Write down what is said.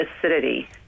acidity